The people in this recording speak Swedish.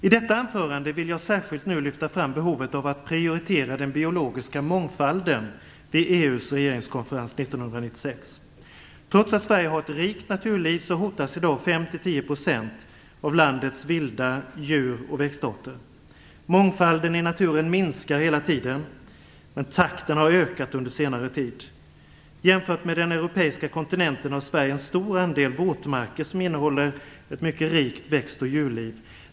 I detta anförande vill jag särskilt lyfta fram behovet av att prioritera den biologiska mångfalden vid EU:s regeringskonferens 1996. Trots att Sverige har ett rikt naturliv hotas i dag 5-10 % av landets vilda djur och växtarter. Mångfalden i naturen minskar hela tiden, men takten har ökat under senare tid. Jämfört med den europeiska kontinenten har Sverige en stor andel våtmarker, som innehåller ett mycket rikt växt och djurliv.